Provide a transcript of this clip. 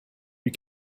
you